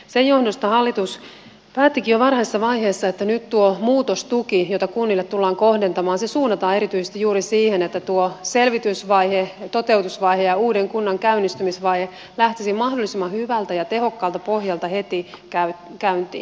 sen johdosta hallitus päättikin jo varhaisessa vaiheessa että nyt tuo muutostuki jota kunnille tullaan kohdentamaan suunnataan erityisesti juuri siihen että tuo selvitysvaihe toteutusvaihe ja uuden kunnan käynnistymisvaihe lähtisivät mahdollisimman hyvältä ja tehokkaalta pohjalta heti käyntiin